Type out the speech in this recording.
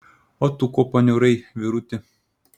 o tu ko paniurai vyruti